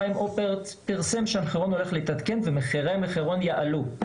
חיים הופרט פרסם שהמחירון הולך להתעדכן ומחירי המחירון יעלו.